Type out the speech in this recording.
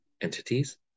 entities